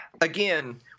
again